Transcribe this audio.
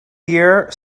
gear